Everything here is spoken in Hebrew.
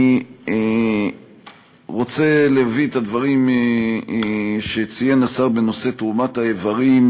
אני רוצה להביא את הדברים שציין השר בנושא תרומת האיברים